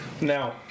Now